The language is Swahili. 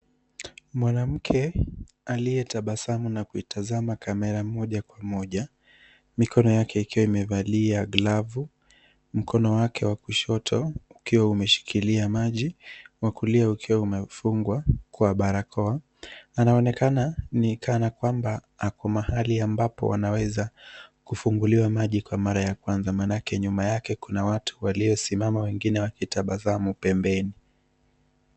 Mwanamke aliyetabasamu na kuitazama kamera moja kwa moja, mikono yake ikiwa imevalia glavu. Mkono wake wa kushoto ukiwa umeshikilia maji, wa kulia ukiwa umefungwa kwa barakoa. Anaonekana ni kana kwamba ako mahali ambapo anaweza kufungulia maji kwa mara ya kwanza; maanake nyuma yake kuna watu waliosimama wengine wakitabasamu pembeni.